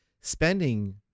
spending